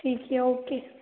ठीक है ओके